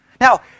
Now